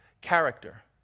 Character